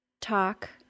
Talk